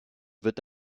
wird